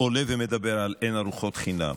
עולה ומדבר על אין ארוחות חינם.